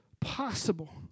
possible